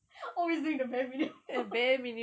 always doing the bare minimum